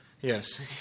Yes